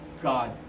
God